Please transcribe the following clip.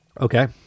Okay